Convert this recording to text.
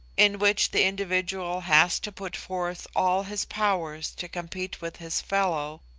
in which the individual has to put forth all his powers to compete with his fellow,